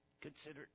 Consider